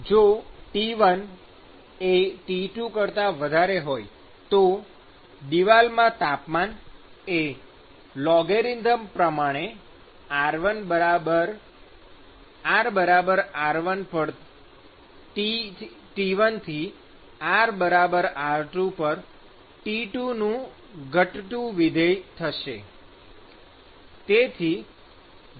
જો T1 T2 હોય તો દિવાલમાં તાપમાન એ લોગેરિધમ પ્રમાણે rr1 પર T1 થી rr2 પર T2 નું ઘટતું વિધેય થશે સ્નેપશૉટ જુઓ